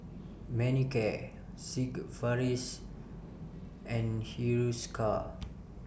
Manicare Sigvaris and Hiruscar